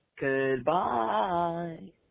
Goodbye